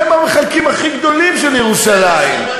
הם המחלקים הכי גדולים של ירושלים.